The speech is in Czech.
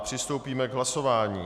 Přistoupíme k hlasování.